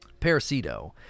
Parasito